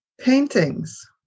Paintings